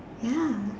ya